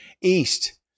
east